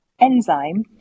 enzyme